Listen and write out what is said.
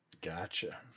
gotcha